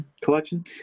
collection